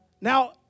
Now